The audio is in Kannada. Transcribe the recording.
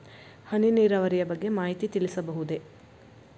ಹನಿ ನೀರಾವರಿಯ ಬಗ್ಗೆ ಮಾಹಿತಿ ತಿಳಿಸಬಹುದೇ?